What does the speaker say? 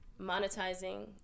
monetizing